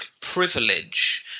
Privilege